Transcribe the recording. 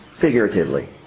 Figuratively